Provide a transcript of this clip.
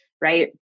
right